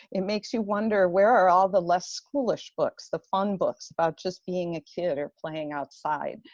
it makes you wonder where are all the less schoolish books. the fun books about just being a kid or playing outside.